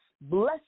Bless